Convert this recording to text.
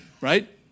Right